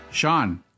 Sean